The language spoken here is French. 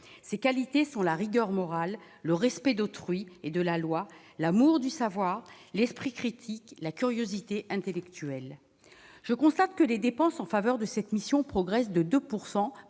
ses qualités sont la rigueur morale, le respect d'autrui et de la loi, l'amour du savoir, l'esprit critique, la curiosité intellectuelle, je constate que les dépenses en faveur de cette mission, progresse de 2